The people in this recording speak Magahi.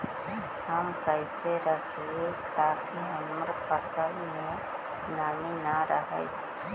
हम कैसे रखिये ताकी हमर फ़सल में नमी न रहै?